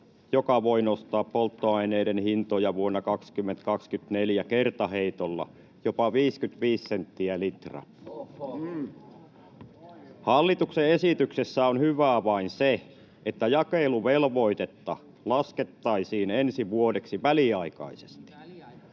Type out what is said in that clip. joka voi nostaa polttoaineiden hintoja vuonna 2024 kertaheitolla jopa 55 senttiä litralta. Hallituksen esityksessä on hyvää vain se, että jakeluvelvoitetta laskettaisiin ensi vuodeksi väliaikaisesti.